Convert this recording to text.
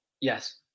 Yes